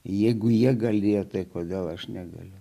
jeigu jie galėjo tai kodėl aš negaliu